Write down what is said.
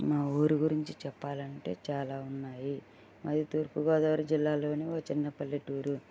మా ఊరి గురించి చెప్పాలంటే చాలా ఉన్నాయి మాది తూర్పుగోదావరి జిల్లాలో ఓ చిన్న పల్లెటూరు